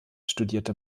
studierte